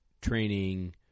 training